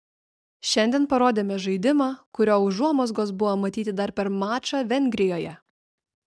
šiandien parodėme žaidimą kurio užuomazgos buvo matyti dar per mačą vengrijoje